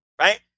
right